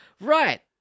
Right